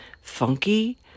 funky